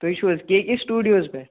تُہی چھُو حظ کے کے سِٹوڈیوز پٮ۪ٹھ